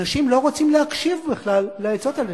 אנשים לא רוצים להקשיב בכלל לעצות האלה.